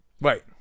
Right